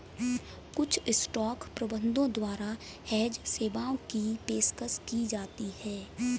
कुछ स्टॉक प्रबंधकों द्वारा हेज सेवाओं की पेशकश की जाती हैं